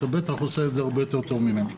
אתה בטח עושה את זה הרבה יותר טוב ממני.